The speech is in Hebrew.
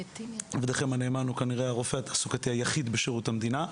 עבדכם הנאמן הוא כנראה הרופא התעסוקתי היחיד בשירות המדינה.